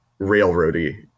railroady